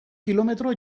kilometro